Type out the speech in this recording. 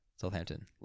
Southampton